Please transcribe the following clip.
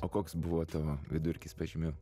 o koks buvo tavo vidurkis pažymių